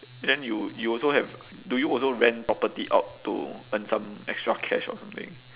then you you also have do you also rent property out to earn some extra cash or something